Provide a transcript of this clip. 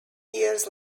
years